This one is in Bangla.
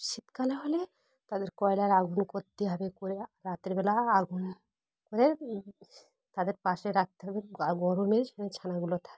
শীতকালে হলে তাদের কয়লার আগুন করতে হবে করে রাতেরবেলা আগুন করে তাদের পাশে রাখতে হবে গরমের ছানাগুলো থাকে